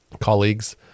colleagues